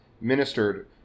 ministered